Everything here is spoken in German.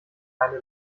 keine